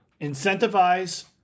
Incentivize